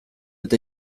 eta